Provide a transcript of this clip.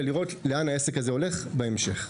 ולראות לאן העסק הזה הולך בהמשך.